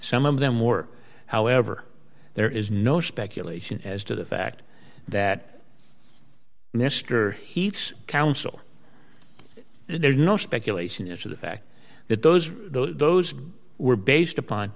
some of them were however there is no speculation as to the fact that mr heath's counsel there's no speculation as to the fact that those those were based upon